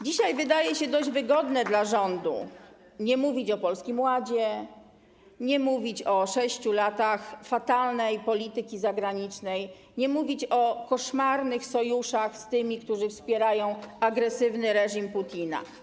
Dzisiaj wydaje się dość wygodne dla rządu nie mówić o Polskim Ładzie, nie mówić o 6 latach fatalnej polityki zagranicznej, nie mówić o koszmarnych sojuszach z tymi, którzy wspierają agresywny reżim Putina.